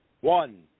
one